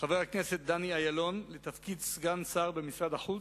חבר הכנסת דני אילון בתפקיד סגן שר במשרד החוץ,